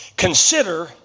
Consider